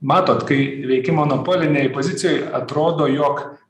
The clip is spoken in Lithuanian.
matot kai veiki monopolinėj pozicijoj atrodo jog